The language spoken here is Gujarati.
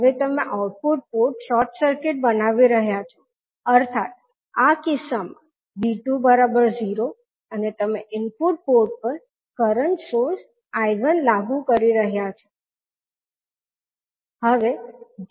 હવે તમે આઉટપુટ પોર્ટ શોર્ટ સર્કિટ બનાવી રહ્યા છો અર્થાત આ કિસ્સામાં 𝐕2 0 અને તમે ઇનપુટ પોર્ટ પર કરંટ સોર્સ 𝐈1 લાગુ કરી રહ્યાં છો